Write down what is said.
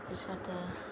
পিছতে